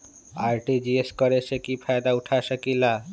RTGS करे से की फायदा उठा सकीला?